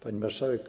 Pani Marszałek!